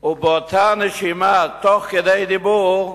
ובאותה נשימה, תוך כדי דיבור,